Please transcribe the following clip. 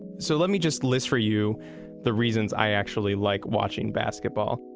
so let me just list for you the reasons i actually like watching basketball.